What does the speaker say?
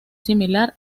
similar